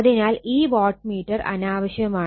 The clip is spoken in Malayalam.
അതിനാൽ ഈ വാട്ട് മീറ്റർ അനാവശ്യമാണ്